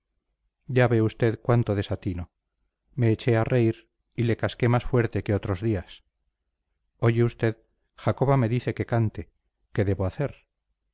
ya ve usted cuánto desatino me eché a reír y le casqué más fuerte que otros días oye usted jacoba me dice que cante qué debo hacer